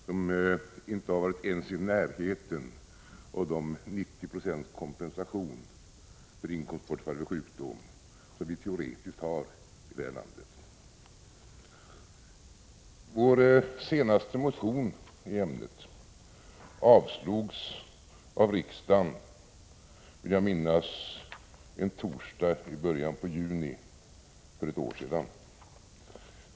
De har inte ens varit i närheten av de 90 26 kompensation för inkomstbortfall vid sjukdom som vi teoretiskt har i det här landet. Vår senaste motion i ämnet avslogs av riksdagen, vill jag minnas, en torsdag i början av juni för ett år sedan.